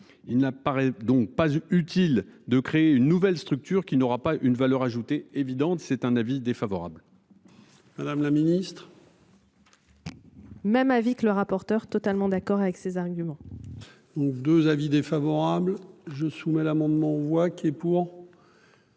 Il n'apparaît donc pas utile de créer une nouvelle structure qui n'aura pas une valeur ajoutée évidente c'est un avis défavorable. Madame la Ministre. Même avis que le rapporteur totalement d'accord avec ses arguments. 2 avis défavorables je soumets l'amendement voix qui est pour.